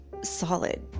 solid